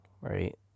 Right